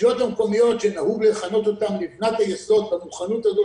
הרשויות המקומיות שנהוג לכנות אותן לבנת היסוד במוכנות הזו,